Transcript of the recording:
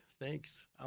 Thanks